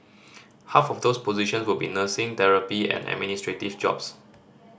half of those position will be nursing therapy and administrative jobs